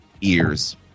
ears